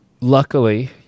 luckily